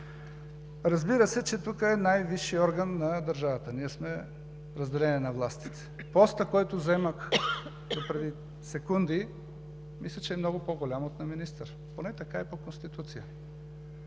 Разбира се, че тук е най-висшият орган на държавата – ние сме разделение на властите. Постът, който заемах до преди секунди, мисля, че е много по-голям от на министър – поне така е по Конституция.